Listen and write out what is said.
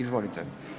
Izvolite.